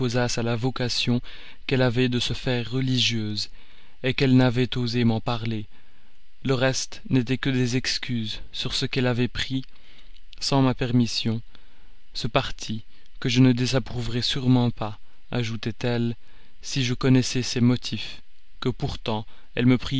à la vocation qu'elle avait de se faire religieuse qu'elle n'avait osé m'en parler le reste n'était que des excuses sur ce qu'elle avait pris sans ma permission ce parti que je ne désapprouverais sûrement pas ajoutait-elle si je connaissais ses motifs que pourtant elle me